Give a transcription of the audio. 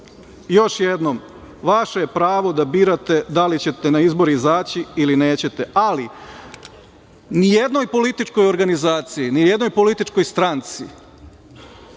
još jednom, vaše je pravo da birate da li ćete na izbore izaći ili nećete, ali nijednoj političkoj organizaciji, nijednoj političkoj stranci